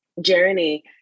journey